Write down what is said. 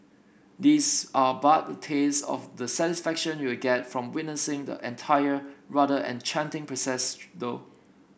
these are but a taste of the satisfaction you'll get from witnessing the entire rather enchanting process though